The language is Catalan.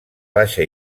baixa